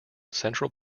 center